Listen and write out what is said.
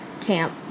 camp